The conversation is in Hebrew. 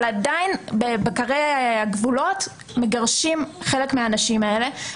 ועדיין בקרי הגבולות מגרשים חלק מהאנשים האלה.